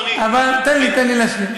אדוני: את המחקר,